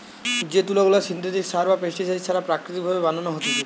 যে তুলা গুলা সিনথেটিক সার বা পেস্টিসাইড ছাড়া প্রাকৃতিক ভাবে বানানো হতিছে